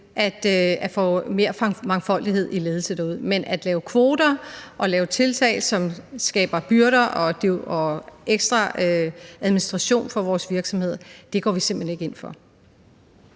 vi får mere mangfoldighed i ledelse derude, men at lave kvoter og tiltag, som skaber byrder og ekstra administration for vores virksomheder, går vi simpelt hen ikke ind for.